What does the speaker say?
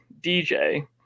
DJ